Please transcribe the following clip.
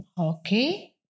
Okay